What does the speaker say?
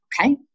okay